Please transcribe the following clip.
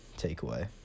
takeaway